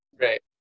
right